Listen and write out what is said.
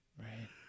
Right